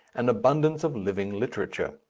an abundance of living literature.